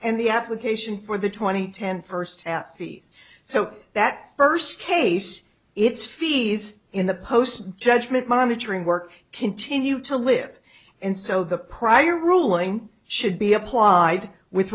and the application for the twenty ten first at fees so that first case it's fees in the post judgment monitoring work continue to live and so the prior ruling should be applied with